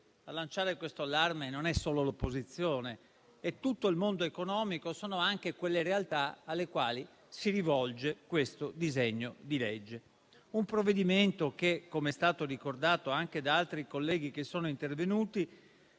A lanciare questo allarme siamo non solo noi, non solo l'opposizione, ma è tutto il mondo economico e sono anche quelle realtà alle quali si rivolge il disegno di legge. Il provvedimento - come è stato ricordato anche da altri colleghi che sono intervenuti